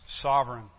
sovereign